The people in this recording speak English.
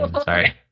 Sorry